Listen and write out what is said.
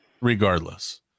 regardless